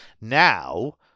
Now